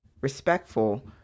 respectful